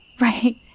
right